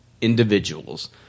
individuals